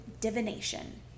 divination